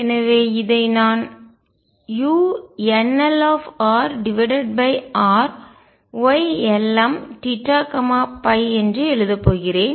எனவே இதை நான் unlrrYlmθϕ என்று எழுதப் போகிறேன்